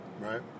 Right